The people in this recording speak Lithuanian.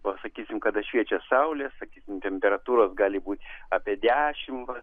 o sakysim kada šviečia saulė sakykim temperatūros gali būti apie dešimt vat